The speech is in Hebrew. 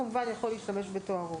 כמובן להשתמש בתוארו.